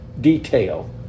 detail